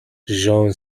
jean